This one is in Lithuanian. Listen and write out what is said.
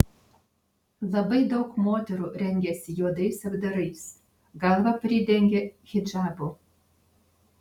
labai daug moterų rengiasi juodais apdarais galvą pridengia hidžabu